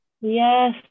Yes